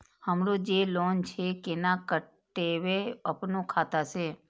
हमरो जे लोन छे केना कटेबे अपनो खाता से?